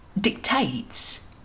dictates